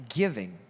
giving